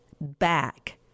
back